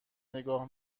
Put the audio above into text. نگاه